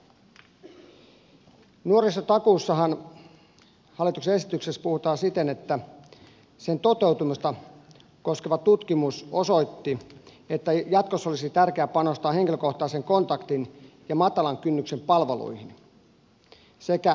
hallituksen esityksessä puhutaan siten että nuorisotakuun toteutumista koskeva tutkimus osoitti että jatkossa olisi tärkeää panostaa henkilökohtaisen kontaktin ja matalan kynnyksen palveluihin sekä vastuuhenkilömalleihin